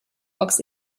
box